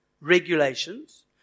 regulations